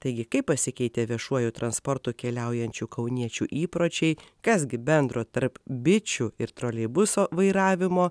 taigi kaip pasikeitė viešuoju transportu keliaujančių kauniečių įpročiai kas gi bendro tarp bičių ir troleibuso vairavimo